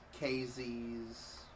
KZ's